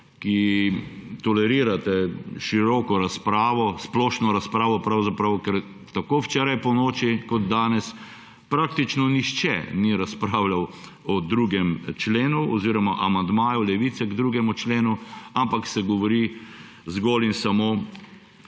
ki tolerirate široko razpravo, splošno razpravo pravzaprav, ker tako včeraj ponoči kot danes praktično nihče ni razpravljal o 2. členu oziroma amandmaju Levice k 2. členu, ampak se govori zgolj in samo